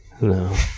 No